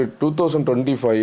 2025